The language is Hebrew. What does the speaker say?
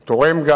הוא תורם.